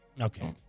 Okay